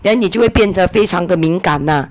then 你就会变得非常个敏感 ah